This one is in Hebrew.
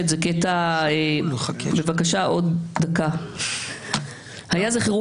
ממש עכשיו בימים אלה,